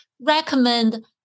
recommend